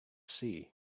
sea